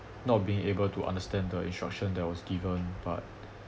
not being able to understand the instruction that was given but